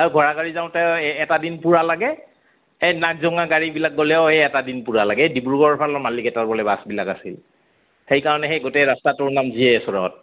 আৰু ঘোঁৰা গাড়ী যাওঁতে এটা দিন পূৰা লাগে এই নাক জোঙা গাড়ীবিলাকত গ'লেও সেই এটা দিন পূৰা লাগে সেই ডিব্ৰুগড়ফালৰ মালিক এটাৰ বোলে বাছবিলাক আছিল সেইকাৰণে সেই গোটেই ৰাস্তাটোৰ নাম জি এচ ৰোড